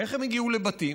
איך הם הגיעו לבתים?